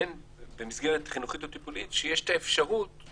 במסגרת חינוכית או טיפולית שיש האפשרות-